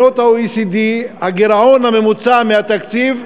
הגירעון הממוצע מהתקציב,